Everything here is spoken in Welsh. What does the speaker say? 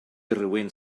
rywun